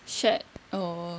shared oh oh